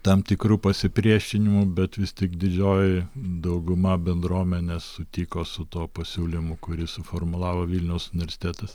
tam tikrų pasipriešinimų bet vis tik didžioji dauguma bendruomenės sutiko su tuo pasiūlymu kurį suformulavo vilniaus universitetas